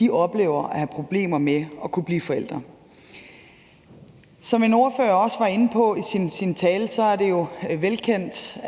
dag, oplever at have problemer med at kunne blive forældre. Som en ordfører også var inde på i sin tale, er det jo velkendt,